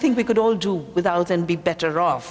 think we could all do without and be better off